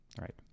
right